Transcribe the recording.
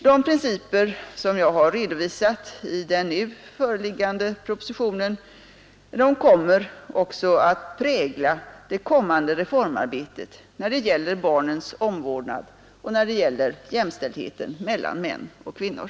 De principer som jag har redovisat i den nu föreliggande propositionen kommer också att prägla det kommande reformarbetet när det gäller barnens omvårdnad och när det gäller jämställdheten mellan män och kvinnor.